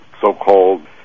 so-called